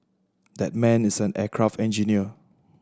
that man is an aircraft engineer